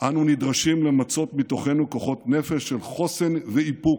אנו נדרשים למצות מתוכנו כוחות נפש של חוסן ואיפוק.